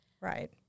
Right